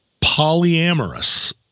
polyamorous